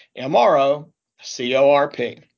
MROCORP